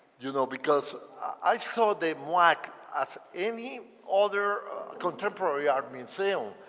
you know because i saw the muac as any other contemporary art museum.